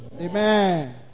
Amen